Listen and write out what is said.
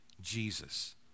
Jesus